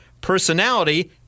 personality